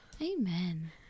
Amen